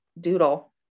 doodle